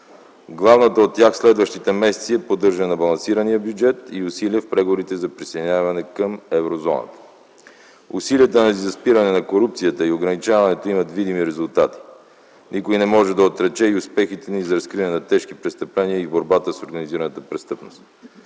Главната от тях в следващите месеци е поддържане на балансирания бюджет и усилия в преговорите за присъединяване към еврозоната. Усилията ни за спиране на корупцията и ограничаването й имат видими резултати. Никой не може да отрече и успехите ни за разкриване на тежки престъпления в борбата с организираната престъпност.